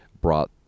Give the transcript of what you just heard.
brought